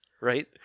Right